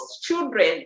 children